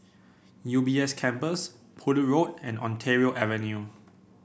U B S Campus Poole Road and Ontario Avenue